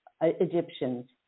Egyptians